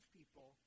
people